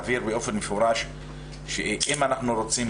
להביא לאותם יישובים ואותם יישובים